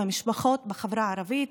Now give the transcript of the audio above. מהמשפחות בחברה הערבית,